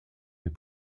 des